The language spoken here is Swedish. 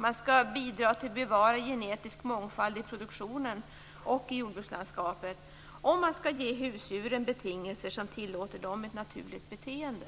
Man skall bidra till bevarandet av genetisk mångfald i produktionen och i jordbrukslandskapet, om man skall kunna ge husdjuren betingelser som tillåter dem ett naturligt beteende.